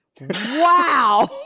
Wow